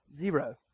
zero